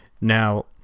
Now